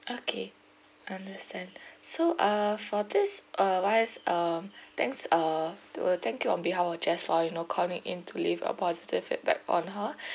okay understand so uh for this uh wise uh thanks uh we thank you on behalf of jess for you know calling in to leave a positive feedback on her